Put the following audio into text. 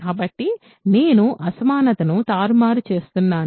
కాబట్టి నేను అసమానతను తారుమారు చేస్తున్నాను